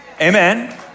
Amen